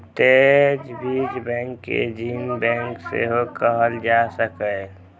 तें बीज बैंक कें जीन बैंक सेहो कहल जा सकैए